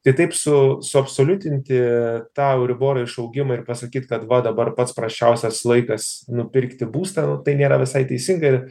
tai taip su suabsoliutinti tą euriboro išaugimą ir pasakyt kad va dabar pats prasčiausias laikas nupirkti būstą nu tai nėra visai teisinga ir